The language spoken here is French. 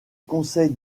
conseil